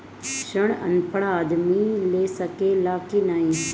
ऋण अनपढ़ आदमी ले सके ला की नाहीं?